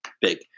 Big